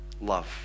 love